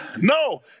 No